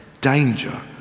danger